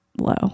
low